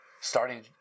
starting